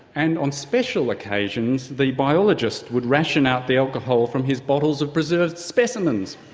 and on special occasions the biologist would ration out the alcohol from his bottles of preserved specimens.